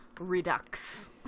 redux